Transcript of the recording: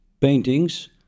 paintings